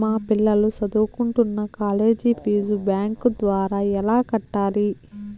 మా పిల్లలు సదువుకుంటున్న కాలేజీ ఫీజు బ్యాంకు ద్వారా ఎలా కట్టాలి?